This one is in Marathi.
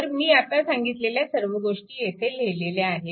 तर मी आता सांगितलेल्या सर्व गोष्टी येथे लिहिलेल्या आहेत